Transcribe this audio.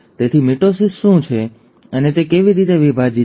તેથી મિટોસિસ શું છે અને તે કેવી રીતે વિભાજિત છે